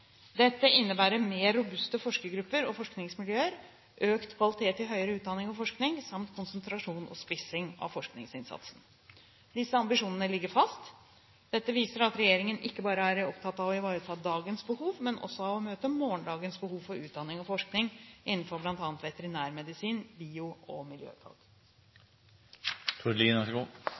Dette innebærer mer robuste forskergrupper og forskningsmiljøer, økt kvalitet i høyere utdanning og forskning, samt konsentrasjon og spissing av forskningsinnsatsen. Disse ambisjonene ligger fast. Dette viser at regjeringen ikke bare er opptatt av å ivareta dagens behov, men også av å møte morgendagens behov for utdanning og forskning innenfor bl.a. veterinærmedisin, bio- og